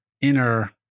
inner